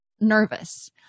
nervous